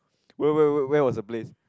where where where was the place